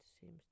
seems